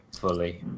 fully